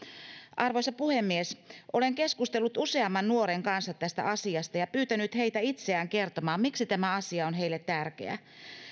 arvoisa puhemies olen keskustellut useamman nuoren kanssa tästä asiasta ja pyytänyt heitä itseään kertomaan miksi tämä asia on heille tärkeä